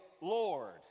Lord